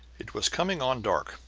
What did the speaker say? it was coming on dark,